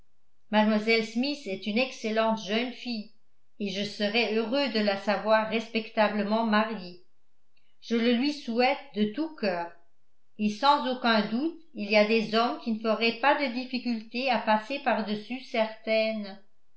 mlle smith est une excellente jeune fille et je serais heureux de la savoir respectablement mariée je le lui souhaite de tout cœur et sans aucun doute il y a des hommes qui ne feraient pas de difficulté à passer par-dessus certaines